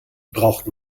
braucht